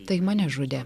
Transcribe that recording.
tai mane žudė